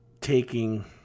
taking